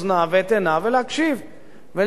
ולשאול אם אין דברים בגו.